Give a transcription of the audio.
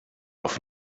auf